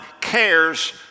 cares